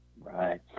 Right